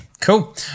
Cool